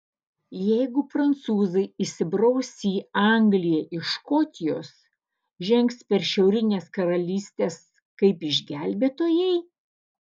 jeigu prancūzai įsibraus į angliją iš škotijos žengs per šiaurines karalystes kaip išgelbėtojai